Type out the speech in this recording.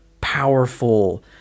powerful